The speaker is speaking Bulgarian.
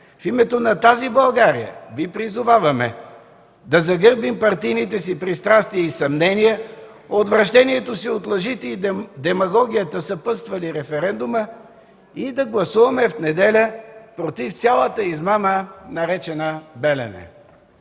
В името на тази България Ви призоваваме да загърбим партийните си пристрастия и съмнения, отвращението си от лъжите и демагогията, съпътствали референдума, и да гласуваме в неделя против цялата измама наречена „Белене”.